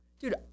Dude